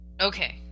Okay